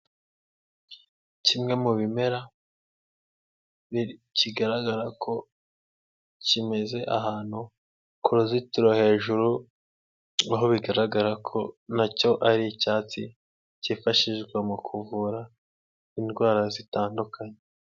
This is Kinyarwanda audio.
Kimwe mu bimera kigaragara ko kimeze ahantu ku ruzitiro hejuru, aho bigaragara ko nacyo ari icyatsi kifashishwa mu kuvura indwara zitandukanye.